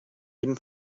jeden